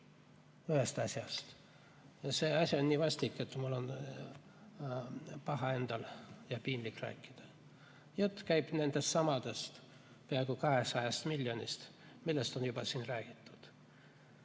ühe asja. See asi on nii vastik, et mul on endal paha ja piinlik rääkida. Jutt käib nendestsamadest peaaegu 200 miljonist, millest on juba siin räägitud.